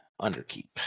underkeep